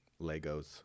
Legos